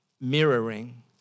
mirroring